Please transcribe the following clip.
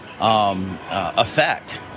effect